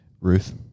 Ruth